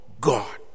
God